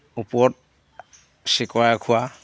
ওপৰত চিকৰাই খোৱা